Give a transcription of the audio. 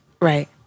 Right